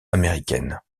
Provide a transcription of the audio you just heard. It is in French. américaine